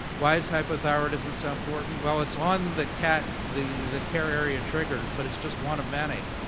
why is hypothyroidism so important? well, it's on the cat the the care area triggers, but it's just one of many.